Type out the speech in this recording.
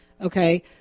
Okay